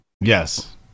Yes